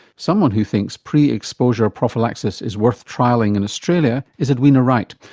someone's who thinks pre-exposure prophylaxis is worth trialling in australia is edwina wright,